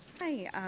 Hi